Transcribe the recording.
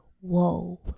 whoa